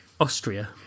Austria